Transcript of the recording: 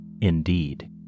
indeed